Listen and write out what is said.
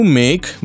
make